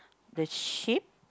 the sheep